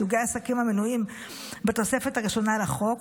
סוגי העסקים המנויים בתוספת הראשונה לחוק,